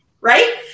Right